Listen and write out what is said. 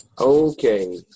okay